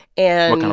and.